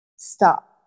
Stop